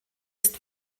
ist